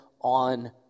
on